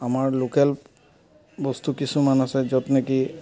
আমাৰ লোকেল বস্তু কিছুমান আছে য'ত নেকি